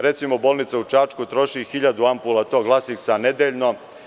Recimo, bolnica u Čačku troši 1000 ampula tog lasiksa nedeljno.